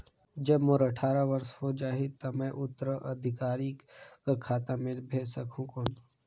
जब मोर अट्ठारह वर्ष हो जाहि ता मैं उत्तराधिकारी कर खाता मे भेज सकहुं कौन?